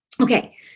okay